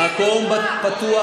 מקום פתוח,